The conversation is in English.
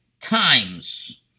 times